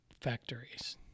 factories